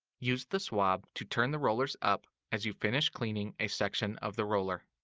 use the swab to turn the rollers up as you finish cleaning a section of the roller.